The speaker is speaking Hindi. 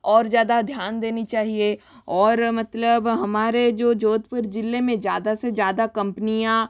और ज़्यादा ध्यान देनी चाहिए और मतलब हमारे जो जोधपुर जिले में ज़्यादा से ज़्यादा कम्पनियाँ